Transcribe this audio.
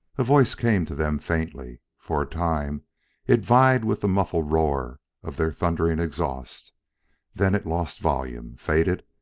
a voice came to them faintly. for a time it vied with the muffled roar of their thundering exhaust then it lost volume, faded,